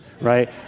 right